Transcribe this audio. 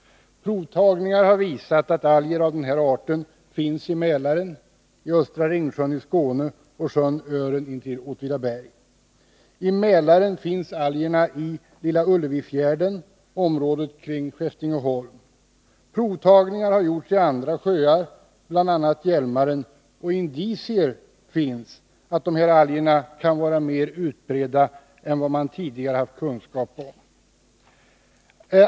Provtagningar har visat att alger av den här arten finns i Mälaren, i Östra Ringsjön i Skåne och sjön Ören intill Åtvidaberg. I Mälaren finns algerna i Lilla Ullevifjärden och omkring Skäftingeholm. Provtagningar har gjorts i andra sjöar, bl.a. Hjälmaren, och det finns indicier på att de här algerna kan vara mer utbredda än vad man tidigare har haft kunskap om.